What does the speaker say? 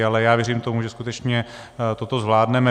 Ale věřím tomu, že skutečně toto zvládneme.